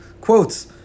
quotes